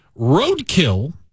Roadkill